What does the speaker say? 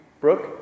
Brooke